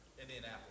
Indianapolis